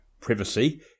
privacy